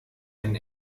ein